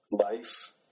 Life